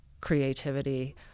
creativity